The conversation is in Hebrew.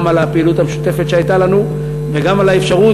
גם על הפעילות המשותפת שהייתה לנו וגם על האפשרות